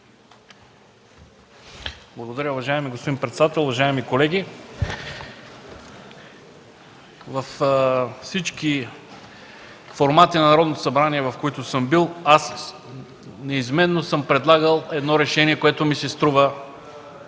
Благодаря. Уважаеми господин председател, уважаеми колеги! Във всички формати на Народното събрание, в които съм бил, неизменно съм предлагал едно решение, което ми се струва